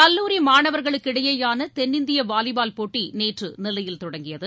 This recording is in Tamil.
கல்லூரி மாணவர்களுக்கிடையேயான தென்னிந்திய வாலிபால் போட்டி நேற்று நெல்லையில் தொடங்கியது